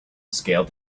scaled